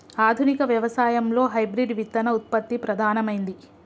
ఆధునిక వ్యవసాయం లో హైబ్రిడ్ విత్తన ఉత్పత్తి ప్రధానమైంది